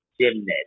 gymnast